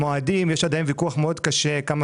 לגבי מועדים - יש עדיין ויכוח מאוד קשה כמה